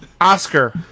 Oscar